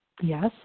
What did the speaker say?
Yes